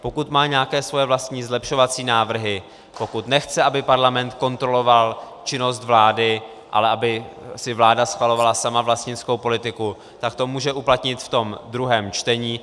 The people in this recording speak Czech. Pokud má nějaké své vlastní zlepšovací návrhy, pokud nechce, aby parlament kontroloval činnost vlády, ale aby si vláda schvalovala sama vlastnickou politiku, tak to může uplatnit ve druhém čtení.